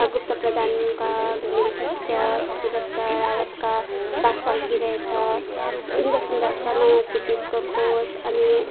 गुप्त प्रधानका धुमिल पृष्ठ भगिरथ रावतका बास सल्किरहेछ इन्द्र सुन्दासका नयाँ क्षितिजको खोज अनि